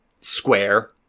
square